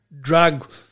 drug